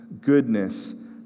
goodness